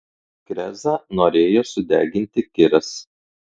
krezą norėjo sudeginti kiras